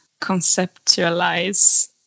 conceptualize